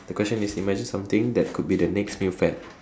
the question is imagine something that could be the next new fad